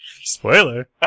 Spoiler